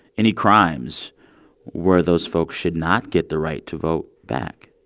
any crimes where those folks should not get the right to vote back?